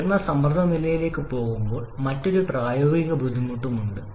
ഉയർന്ന സമ്മർദ്ദ നിലകളിലേക്ക് പോകുമ്പോൾ മറ്റൊരു പ്രായോഗിക ബുദ്ധിമുട്ടും ഉണ്ട്